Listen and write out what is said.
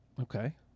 okay